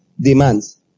demands